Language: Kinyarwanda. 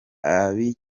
ab’i